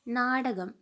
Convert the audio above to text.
നാടകം